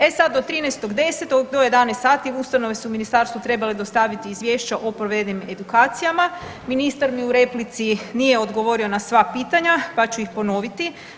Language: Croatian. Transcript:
E sad, od 13.10. do 11 sati ustanove su ministarstvu trebale dostaviti izvješća o provedenim edukacijama, ministar mi u replici nije odgovorio na sva pitanja, pa ću ih ponoviti.